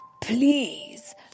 please